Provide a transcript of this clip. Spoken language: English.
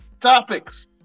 topics